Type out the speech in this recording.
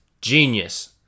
Genius